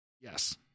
Yes